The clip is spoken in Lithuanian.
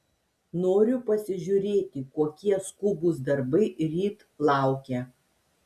noriu pasižiūrėti kokie skubūs darbai ryt laukia